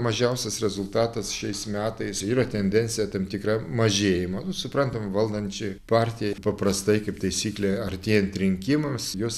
mažiausias rezultatas šiais metais yra tendencija tam tikra mažėjima suprantama valdančiai partijai paprastai kaip taisyklė artėjant rinkimams jos